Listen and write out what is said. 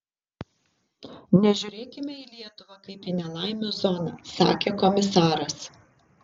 nežiūrėkime į lietuvą kaip į nelaimių zoną sakė komisaras